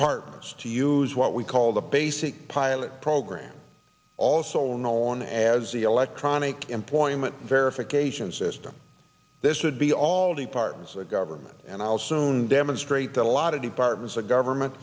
departments to use what we call the basic pilot program also known as the electronic employment verification system there should be all departments of government and i'll soon demonstrate that a lot of departments of government